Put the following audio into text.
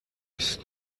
است